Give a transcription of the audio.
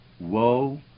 woe